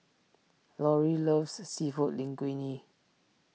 Lori loves Seafood Linguine